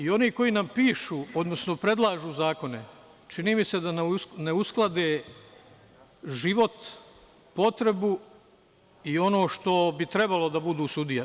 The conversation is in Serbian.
Oni koji nam pišu, odnosno predlažu zakone, čini mi se da ne usklade život, potrebu i ono što bi trebalo da budu sudije.